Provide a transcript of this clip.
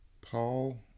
Paul